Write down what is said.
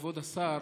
כבוד השר,